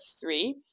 three